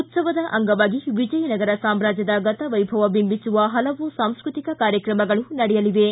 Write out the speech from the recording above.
ಉತ್ತವದ ಅಂಗವಾಗಿ ವಿಜಯನಗರ ಸಾಮ್ರಾಜ್ಞದ ಗತ ವೈಭವ ಬಿಂಬಿಸುವ ಹಲವು ಸಾಂಸ್ಕೃತಿಕ ಕಾರ್ಯಕ್ರಮಗಳು ನಡೆಯಲಿವೆ